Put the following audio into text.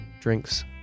drinks